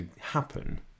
happen